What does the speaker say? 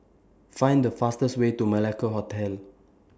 Find The fastest Way to Malacca Hotel